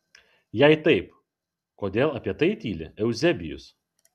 jei taip kodėl apie tai tyli euzebijus